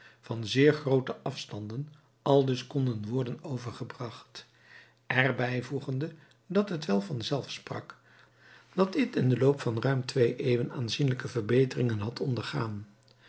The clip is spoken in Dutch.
van zeer groote afstanden aldus konden worden overgebracht er bijvoegende dat het wel van zelf sprak dat dit in den loop van ruim twee eeuwen aanzienlijke verbeteringen had ondergaan